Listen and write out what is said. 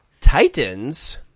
Titans